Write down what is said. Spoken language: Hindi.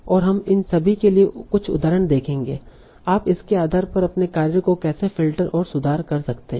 और हम इन सभी के लिए कुछ उदाहरण देखेंगे आप इसके आधार पर अपने कार्य को कैसे फ़िल्टर और सुधार कर सकते हैं